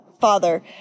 father